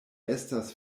estas